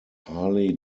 harley